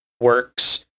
works